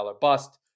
bust